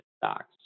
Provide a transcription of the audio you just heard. stocks